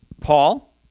Paul